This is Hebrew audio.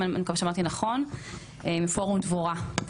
מפורום דבורה.